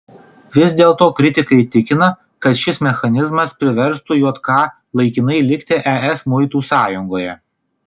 vis dėlto kritikai tikina kad šis mechanizmas priverstų jk laikinai likti es muitų sąjungoje